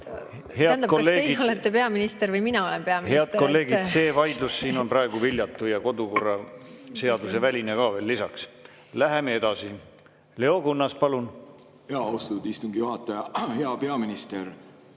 Head kolleegid! See vaidlus siin on praegu viljatu ja kodukorraseaduse väline ka veel lisaks. Läheme edasi, Leo Kunnas, palun! Austatud istungi juhataja! Hea peaminister!